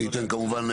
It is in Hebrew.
אני אתן כמובן.